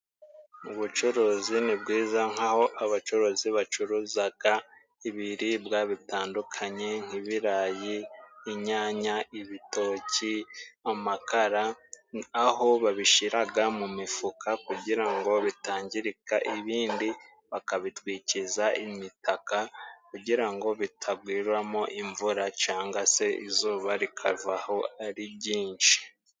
Ubucuruzi ni bwiza nk'aho abacuruzi bacuruzaga ibiribwa bitandukanye nk'ibirayi, inyanya, ibitoki, amakara, aho babishiraga mu mifuka kugira ngo bitangirika, ibindi bakabitwikiza imitaka, kugira ngo bitagwiramo imvura, canga se izuba rikavaho ari jyinshi.